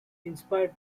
inspired